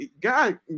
God